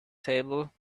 table